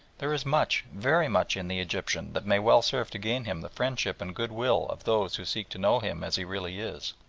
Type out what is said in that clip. there is much, very much, in the egyptian that may well serve to gain him the friendship and goodwill of those who seek to know him as he really is.